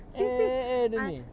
eh eh eh eh dia ni